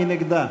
מי נגדה?